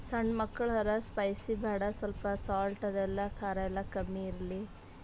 ಸಣ್ಣ ಮಕ್ಳು ಹರ ಸ್ಪೈಸಿ ಬೇಡ ಸ್ವಲ್ಪ ಸಾಲ್ಟ್ ಅದೆಲ್ಲ ಖಾರ ಎಲ್ಲ ಕಮ್ಮಿ ಇರಲಿ